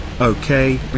Okay